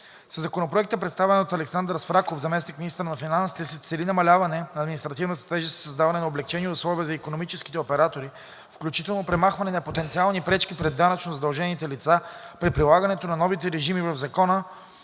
Със Законопроекта, представен от Александър Свраков – заместник-министър на финансите, се цели намаляване на административната тежест и създаване на облекчени условия за икономическите оператори, включително премахване на потенциални пречки пред данъчно задължените лица при прилагането на новите режими в Закона